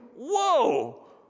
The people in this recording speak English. whoa